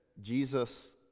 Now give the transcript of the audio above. Jesus